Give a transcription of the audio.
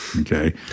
okay